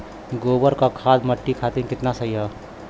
गोबर क खाद्य मट्टी खातिन कितना सही ह?